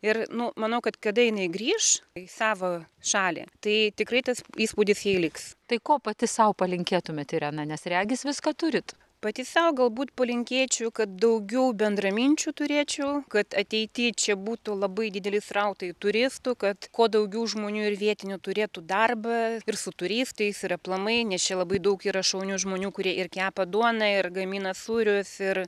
ir nu manau kad kada jinai grįš į savo šalį tai tikrai tas įspūdis jei liks tai ko pati sau palinkėtumėt irena nes regis viską turit pati sau galbūt palinkėčiau kad daugiau bendraminčių turėčiau kad ateity čia būtų labai dideli srautai turistų kad kuo daugiau žmonių ir vietinių turėtų darbą ir su turistais ir aplamai nes čia labai daug yra šaunių žmonių kurie ir kepa duoną ir gamina sūrius ir